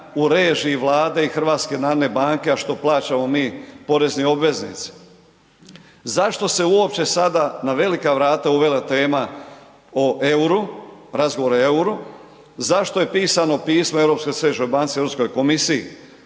u režiji Vlade i HNB-a, a što plaćamo mi porezni obveznici. Zašto se uopće sada na velika vrata uvela tema o EUR-u, razgovor o EUR-u? Zašto je pisano pismo Europskoj središnjoj banci, Europskoj komisiji?